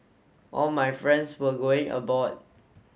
all my friends were going aboard